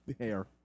hair